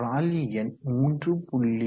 ராலி எண் 3